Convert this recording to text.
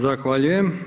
Zahvaljujem.